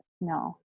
No